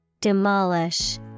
Demolish